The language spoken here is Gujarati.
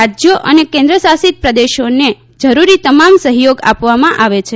રાજ્યો અને કેન્દ્રશાસીતી પ્રદેશોને જરૂરી તમામ સહયોગ આપવામાં આવે છે